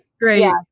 Great